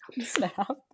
snap